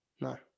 No